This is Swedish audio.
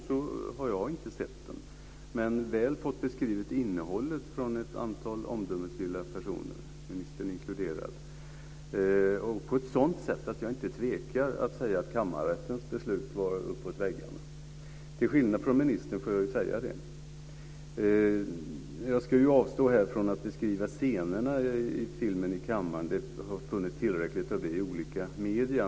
Jag har inte själv sett den men väl fått innehållet beskrivet av ett antal omdömesgilla personer, ministern inkluderad, på ett sådant sätt att jag inte tvekar att säga att kammarrättens beslut var uppår väggarna. Till skillnad från ministern får jag säga det! Jag ska avstå från att beskriva scenerna i filmen här i kammaren - det har funnits tillräckligt av det i olika medier.